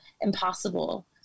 impossible